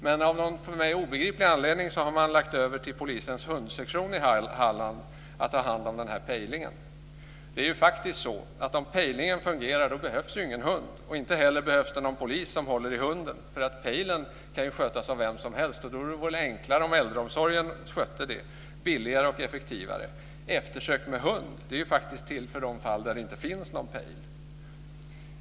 Men av någon obegriplig anledning har man lagt över det på polisens hundsektion i Halland att ta hand om pejlingen. Om pejlingen fungerar behövs ingen hund, inte heller någon polis som håller i hunden. Pejlen kan ju skötas av vem som helst. Då vore det enklare om äldreomsorgen själv skötte det, billigare och effektivare. Eftersök med hund är till för de fall där det inte finns någon pejl.